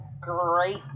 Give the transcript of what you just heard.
great